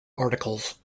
articles